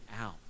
out